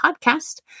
podcast